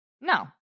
No